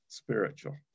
spiritual